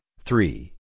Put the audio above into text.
three